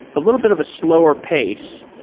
a little bit of a slower pace,